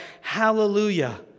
hallelujah